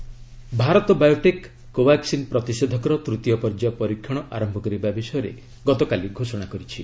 Covaxin trial Bharat biotech Covaxin ପ୍ରତିଷେଧକର ତୃତୀୟ ପର୍ଯ୍ୟାୟ ପରୀକ୍ଷଣ ଆରମ୍ଭ କରିବା ବିଷୟରେ ଗତକାଲି ଘୋଷଣା କରିଛି